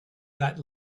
that